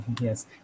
Yes